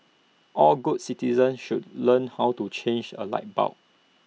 all good citizens should learn how to change A light bulb